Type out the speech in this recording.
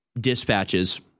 dispatches